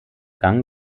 gang